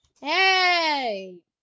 Hey